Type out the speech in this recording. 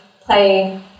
play